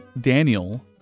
Daniel